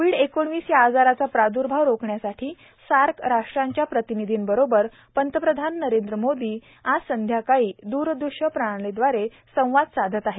Covid एकोणीस या आजाराचा प्रादूर्भाव रोखण्यासाठी सार्क राष्ट्रांच्या प्रतिनिधींबरोबर पंतप्रधान नरेंद्र मोदी आज संध्याकाळी दूरदश्य प्रणालीद्वारे संवाद साधत आहेत